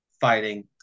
fighting